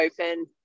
open